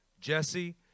Jesse